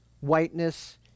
whiteness